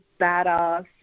badass